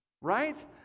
right